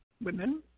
women